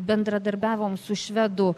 bendradarbiavom su švedų